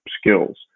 skills